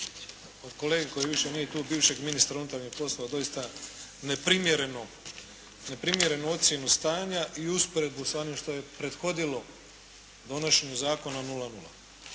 od kolege koji više nije tu bivšeg ministra unutarnjih poslova doista neprimjerenu ocjenu stanja i usporedbu s onim što je prethodilo donošenju zakona 0,0.